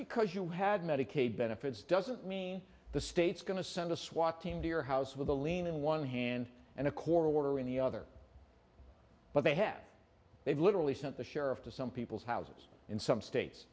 because you had medicaid benefits doesn't mean the state's going to send a swat team to your house with a lien in one hand and a quarter in the other but they have they literally sent the sheriff to some people's houses in some states